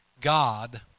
God